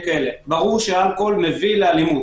ברור שאלכוהול מביא לאלימות.